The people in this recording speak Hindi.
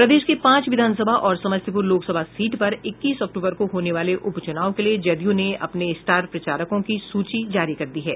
प्रदेश के पांच विधानसभा और समस्तीपुर लोकसभा सीट पर इक्कीस अक्तूबर को होने वाले उपचुनाव के लिए जदयू ने अपने स्टार प्रचारकों की सूची जारी कर दी है